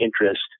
interest